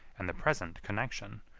and the present connection,